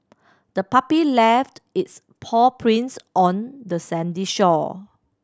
the puppy left its paw prints on the sandy shore